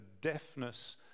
deafness